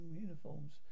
uniforms